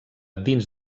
dins